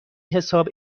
حساب